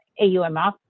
AUMF